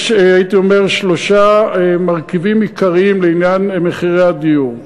יש שלושה מרכיבים עיקריים לעניין מחירי הדיור: